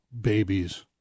babies